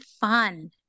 fun